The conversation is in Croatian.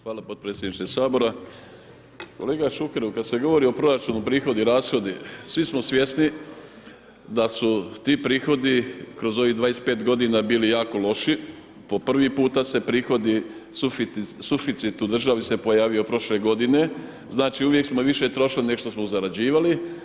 Hvala podpredsjedniče sabora, kolega Šukeru kad se govori o proračunu prihodi i rashodi svi smo svjesni da su ti prihodi kroz ovih 25 godina bili jako loši, po prvi puta se prihodi suficit u državi se pojavio prošle godine, znački uvijek smo više trošili neg što smo zarađivali.